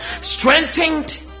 strengthened